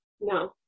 No